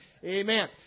Amen